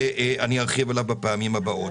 שארחיב עליו בפעמים הבאות.